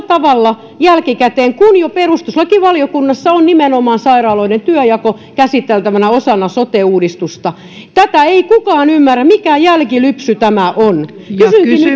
tavalla jälkikäteen kun jo perustuslakivaliokunnassa on nimenomaan sairaaloiden työnjako käsiteltävänä osana sote uudistusta tätä ei kukaan ymmärrä mikä jälkilypsy tämä on kysynkin nyt